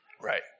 Right